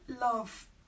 love